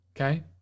okay